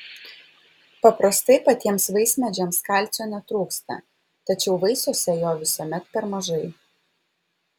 paprastai patiems vaismedžiams kalcio netrūksta tačiau vaisiuose jo visuomet per mažai